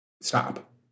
stop